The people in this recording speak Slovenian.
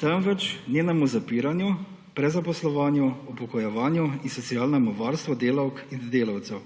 temveč njenemu zapiranju, prezaposlovanju, upokojevanju in socialnemu varstvu delavk in delavcev,